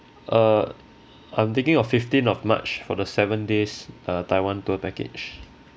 uh I'm thinking of fifteenth of march for the seven days uh taiwan tour package